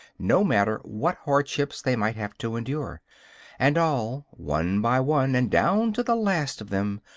no matter what hardships they might have to endure and all, one by one, and down to the last of them,